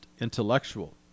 intellectual